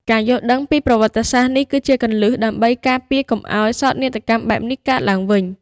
ការយល់ដឹងពីប្រវត្តិសាស្ត្រនេះ គឺជាគន្លឹះដើម្បីការពារកុំឱ្យសោកនាដកម្មបែបនេះកើតឡើងវិញ។